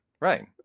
Right